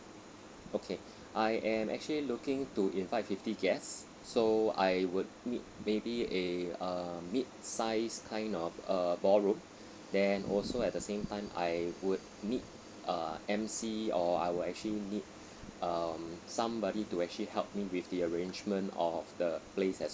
okay I am actually looking to invite fifty guests so I would need maybe a err mid-size kind of err ballroom then also at the same time I would need a emcee or I would actually need um somebody to actually help me with the arrangement of the place as